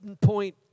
point